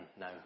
no